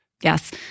Yes